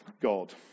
God